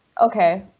okay